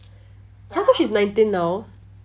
!huh! so she's nineteen now